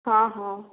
ହଁ ହଁ